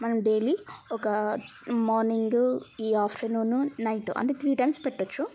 మనం డైలీ ఒక మార్నింగ్ ఈ ఆఫ్టర్నూను నైట్ అంటే త్రీ టైమ్స్ పెట్టచ్చు